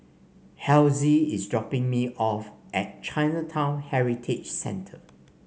Hezzie is dropping me off at Chinatown Heritage Centre